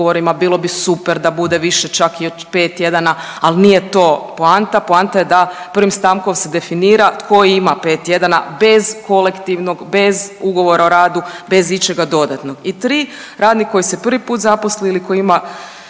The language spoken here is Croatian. bilo bi super da bude više čak i od 5 tjedana, ali nije to poanta. Poanta je da prvim stavkom se definira tko ima 5 tjedana bez kolektivnog, bez ugovora o radu, bez ičega dodatnog. I tri, radnik koji se prvi put zaposli ili koji ima